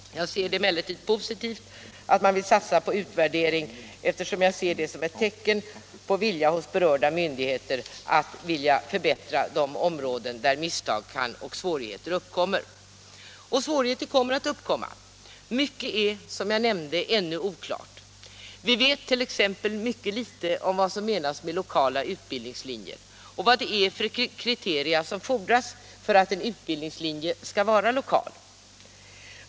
Jag finner det emellertid positivt att man vill satsa på utvärdering, eftersom jag ser det som ett tecken på en vilja hos berörda myndigheter att förbättra på de områden där misstag och svårigheter uppstår. Och svårigheter kommer att uppstå. Mycket är, som jag nämnde, ännu oklart. Vi vet t.ex. mycket litet om vad som menas med lokala utbildningslinjer och vad det är för kriteria som gäller för att en utbildningslinje skall vara lokal.